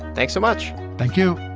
thanks so much thank you